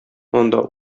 анда